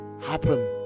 happen